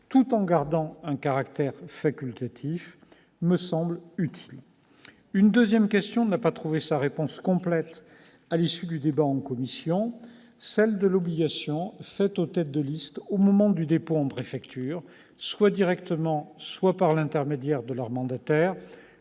tout en gardant un caractère facultatif. Une deuxième question n'a pas trouvé sa réponse complète à l'issue du débat en commission : l'obligation faite aux têtes de listes au moment du dépôt en préfecture, soit directement, soit par l'intermédiaire de leurs mandataires,